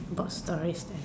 about stories then